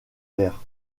verres